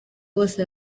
bose